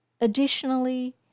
Additionally